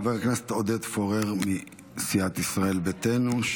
חבר הכנסת עודד פורר מסיעת ישראל ביתנו,